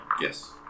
Yes